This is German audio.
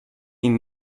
ihnen